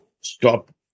stop